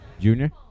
Junior